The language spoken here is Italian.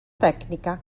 tecnica